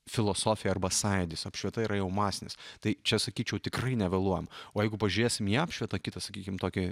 filosofija arba sąjūdis apšvieta yra jau masinis tai čia sakyčiau tikrai nevėluojam o jeigu pažiūrėsim į apšvietą kitą sakykim tokį